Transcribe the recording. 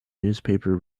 newspaper